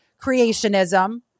creationism